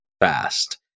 fast